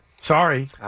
Sorry